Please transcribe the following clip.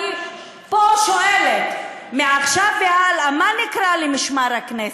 אני פה שואלת: מעכשיו והלאה איך נקרא למשמר הכנסת?